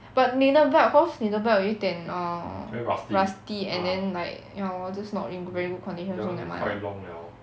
but 你的 belt cause 你的 belt 有一点 err rusty and then like ya lor just not in very good condition so never mind lah